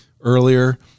earlier